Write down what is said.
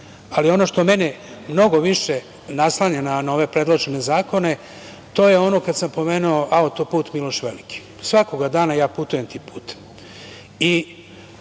cilj. Ono što mene mnogo više naslanja na ove predložene zakone, to je ono što sam pomenuo, auto put Miloš Veliki. Svakog dana ja putujem tim putem